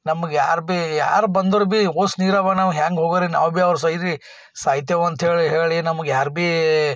ನಮ್ಗೆ ಯಾರು ಭೀ ಯಾರು ಬಂದರು ಭೀ ಅಷ್ಟು ನೀರು ಇವೆ ನಾವು ಹ್ಯಾಂಗ ಹೋಗರಿ ನಾವು ಭೀ ಅವ್ರ ಸೈದಿ ಸಾಯ್ತೇವೆ ಅಂಥೇಳಿ ಹೇಳಿ ನಮ್ಗೆ ಯಾರು ಭೀ